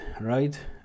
right